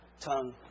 tongue